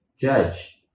judge